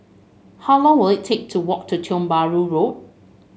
how long will it take to walk to Tiong Bahru Road